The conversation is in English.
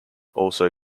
also